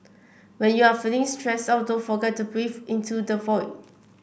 when you are feeling stressed out don't forget to breathe into the void